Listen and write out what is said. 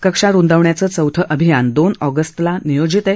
कक्षा रुंदावण्याचं चौथं अभियान दोन ऑगस्टला नियोजित आहे